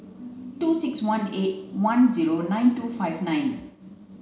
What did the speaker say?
two six one eight zero nine two five nine